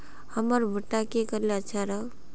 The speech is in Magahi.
हमर भुट्टा की करले अच्छा राब?